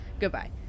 goodbye